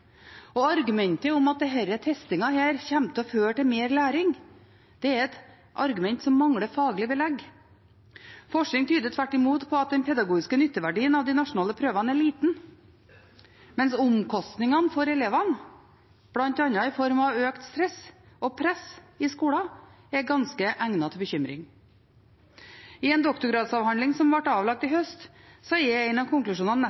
osv. Argumentet om at denne testingen fører til mer læring, er et argument som mangler faglig belegg. Forskning tyder tvert imot på at den pedagogiske nytteverdien av de nasjonale prøvene er liten, mens omkostningene for elevene, bl.a. i form av økt stress og press i skolen, er ganske egnet til bekymring. I en doktorgradsavhandling som ble avlagt i høst, er en av konklusjonene